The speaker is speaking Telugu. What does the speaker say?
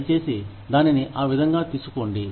దయచేసి దానిని ఆ విధంగా తీసుకోకండి